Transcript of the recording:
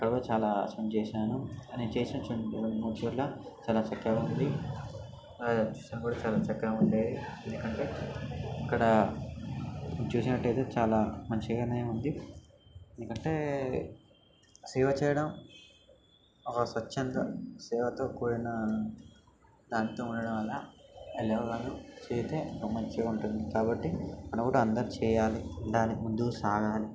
అక్కడ కూడా చాలా సేవ చేసాను నేను చేసిన చెన్ రెండు మూడు చోట్ల చాలా చక్కగా ఉంది ఆ ప్రదేశం కూడా చాలా చక్కగా ఉండేది ఎందుకంటే అక్కడ చూసినట్టయితే చాలా మంచిగానే ఉంది ఎందుకంటే సేవ చేయడం ఒక స్వచ్ఛంద సేవతో కూడిన దానితో ఉండటం వల్ల ఎలాగనో చేస్తే మంచిగా ఉంటుంది కాబట్టి మనం కూడా అందరూ చేయాలి ఉండాలి ముందుకు సాగాలి